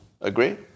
Agree